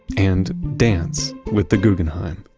and dance with the guggenheim.